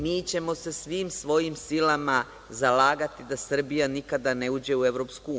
Mi ćemo se svim svojim silama zalagati da Srbija nikada ne uđe u EU.